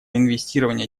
инвестирование